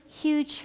huge